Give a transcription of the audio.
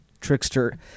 Trickster